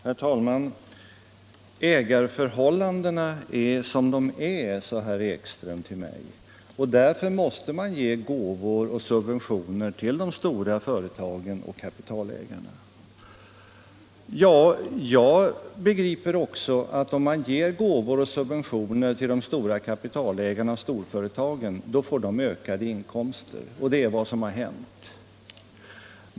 Herr talman! Ägarförhållandena är som de är, sade herr Ekström till mig, och därför måste man ge gåvor och subventioner till de stora företagen och kapitalägarna. Om man ger gåvor och subventioner till de stora kapitalägarna och storföretagen får de ökade inkomster — och det är vad som har hänt.